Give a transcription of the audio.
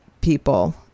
people